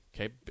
Okay